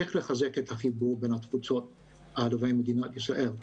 איך לחזק את החיבור בין התפוצות לבין מדינת ישראל.